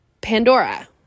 Pandora